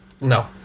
no